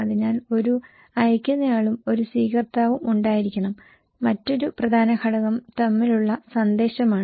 അതിനാൽ ഒരു അയയ്ക്കുന്നയാളും ഒരു സ്വീകർത്താവും ഉണ്ടായിരിക്കണം മറ്റൊരു പ്രധാന ഘടകം തമ്മിലുള്ള സന്ദേശമാണ്